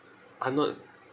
are not